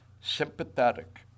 sympathetic